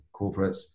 corporates